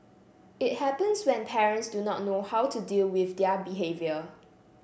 it happens when parents do not know how to deal with their behaviour